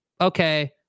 Okay